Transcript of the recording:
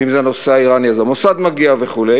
ואם זה הנושא האיראני אז המוסד מגיע וכו'